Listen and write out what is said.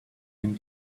him